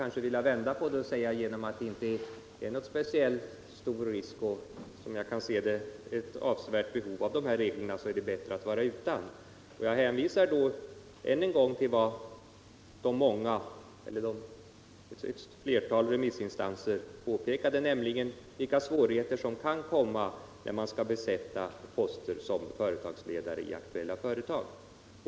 Jag skulle vilja vända på resonemanget och säga, att eftersom risken inte är speciellt stor och eftersom det såvitt jag kan se inte heller föreligger något avsevärt behov av de här reglerna, är det bättre att vara utan. Jag hänvisar då än en gång till vad ett flertal remissinstanser påpekat, nämligen de svårigheter som kan uppstå när man skall besätta poster som företagsledare i aktuella företag.